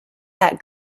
that